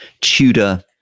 Tudor